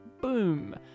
Boom